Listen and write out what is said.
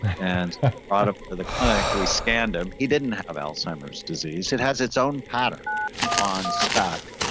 and ah brought him to the clinic, we scanned him. he didn't have alzheimer's disease. it has its own pattern on spect.